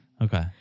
okay